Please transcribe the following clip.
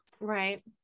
right